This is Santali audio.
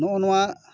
ᱱᱚᱜ ᱱᱚᱣᱟ